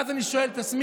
ואז אני שואל את עצמי,